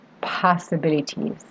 possibilities